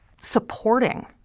supporting